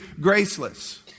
graceless